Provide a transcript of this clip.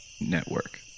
Network